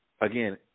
again